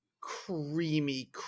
creamy